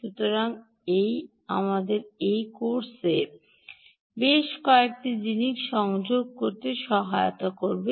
সুতরাং এটি আপনাকে এই কোর্সে বেশ কয়েকটি জিনিস সংযোগ করতে সহায়তা করবে